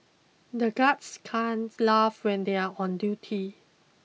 the guards can't laugh when they are on duty